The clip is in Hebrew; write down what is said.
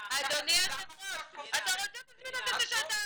אדוני היושב ראש --- למה את קופצת.